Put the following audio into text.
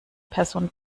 person